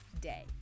day